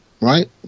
right